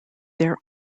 their